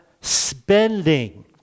spending